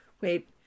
wait